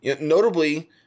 notably